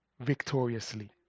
victoriously